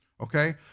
okay